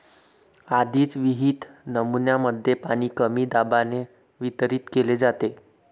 आधीच विहित नमुन्यांमध्ये पाणी कमी दाबाने वितरित केले जाते